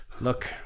Look